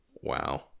Wow